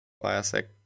Classic